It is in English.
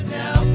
now